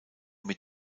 mit